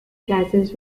classes